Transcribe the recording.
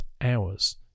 hours